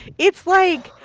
it's like.